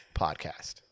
podcast